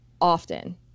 often